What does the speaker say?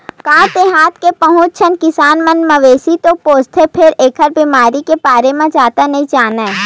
गाँव देहाथ के बहुत झन किसान मन मवेशी तो पोसथे फेर एखर बेमारी के बारे म जादा नइ जानय